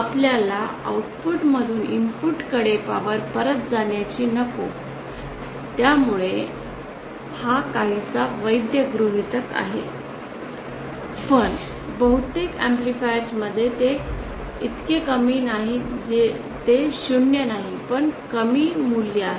आपल्याला आउटपुटमधून इनपुटकडे पावर परत जाण्याची नको आहे त्यामुळे हा काहीसा वैध गृहीतक आहे पण बहुतेक ऍम्प्लिफायर्समध्ये ते इतके कमी नाही ते 0 नाही पण कमी मूल्य आहे